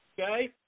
Okay